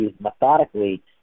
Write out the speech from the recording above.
methodically